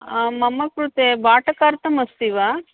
मम कृते भाटकार्थम् अस्ति वा